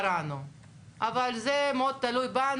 הוא טען שזה מגביר את הזיקה של משגיח מושגח.